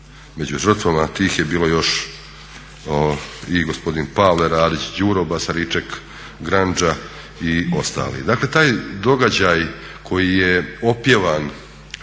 među žrtvama tih je bilo još i gospodin Pavle Radić, Đuro Basariček, Grandža i ostali. Dakle taj događaj koji je opjevan